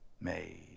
made